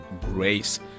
grace